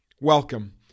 Welcome